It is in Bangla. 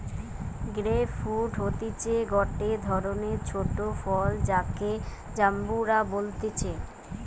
গ্রেপ ফ্রুইট হতিছে গটে ধরণের ছোট ফল যাকে জাম্বুরা বলতিছে